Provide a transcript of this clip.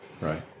Right